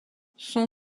son